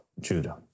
Judah